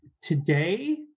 today